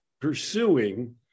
pursuing